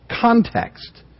context